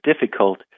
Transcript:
difficult